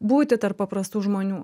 būti tarp paprastų žmonių